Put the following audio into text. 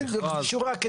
כן, שורה.